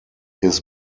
his